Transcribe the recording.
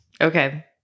Okay